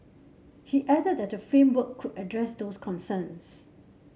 he added that the framework could address those concerns